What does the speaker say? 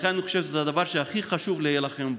לכן אני חושב שזה הדבר שהכי חשוב להילחם בו.